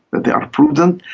they are prudent,